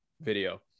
video